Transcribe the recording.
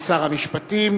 לשר המשפטים.